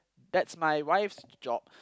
that's my wife's job